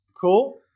Cool